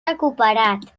recuperat